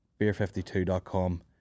Beer52.com